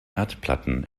erdplatten